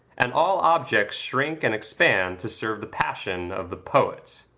and all objects shrink and expand to serve the passion of the poet.